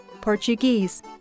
Portuguese